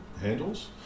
handles